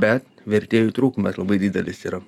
bet vertėjų trūkumas labai didelis yra